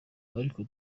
ariko